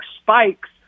spikes